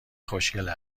خوشگل